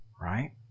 right